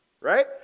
right